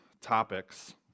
topics